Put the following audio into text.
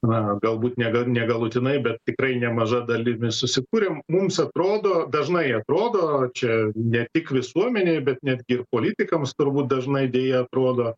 na galbūt ne ne galutinai bet tikrai nemaža dalimi susikūrėm mums atrodo dažnai atrodo čia ne tik visuomenei bet netgi ir politikams turbūt dažnai deja atrodo